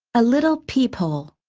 a little peephole.